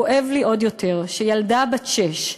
כואב לי עוד יותר שילדה בת שש,